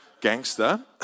gangster